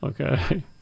okay